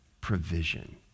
provision